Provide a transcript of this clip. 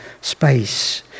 space